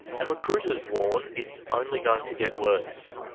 and recruiters warn it's only going to get worse.